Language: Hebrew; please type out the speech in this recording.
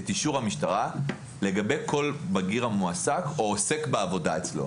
את אישור המשטרה לגבי כל בגיר המועסק או עוסק בעבודה אצלו.